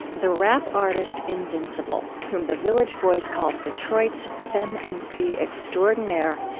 the rap artist invincible, whom the village voice calls detroit's femme-emcee extraordinaire,